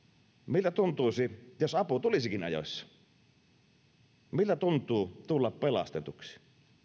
miltä tuntuisi jos apu tulisikin ajoissa miltä tuntuu tulla pelastetuksi